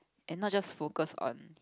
and not just focus on